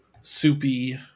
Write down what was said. soupy